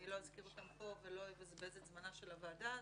אני לא אזכיר אותם פה ולא אבזבז את זמנה של הוועדה הזאת,